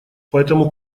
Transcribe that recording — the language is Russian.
поэтому